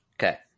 Okay